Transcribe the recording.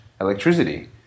electricity